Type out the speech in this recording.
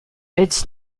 its